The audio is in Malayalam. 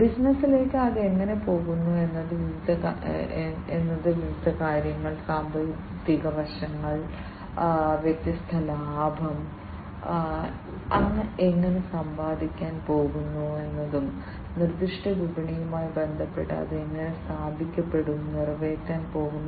ബിസിനസ്സിലേക്ക് അത് എങ്ങനെ പോകുന്നു എന്നത് വിവിധ ധനകാര്യങ്ങൾ സാമ്പത്തിക വശങ്ങൾ വ്യത്യസ്ത ലാഭം എങ്ങനെ സമ്പാദിക്കാൻ പോകുന്നു നിർദ്ദിഷ്ട വിപണിയുമായി ബന്ധപ്പെട്ട് അത് എങ്ങനെ സ്ഥാപിക്കപ്പെടും നിറവേറ്റാൻ പോകുന്നു